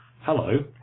hello